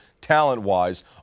talent-wise